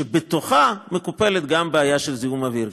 שבתוכה מקופלת גם בעיה של זיהום האוויר.